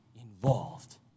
involved